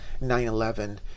9-11